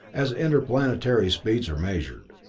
as interplanetary speeds are measured.